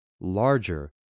larger